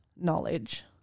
knowledge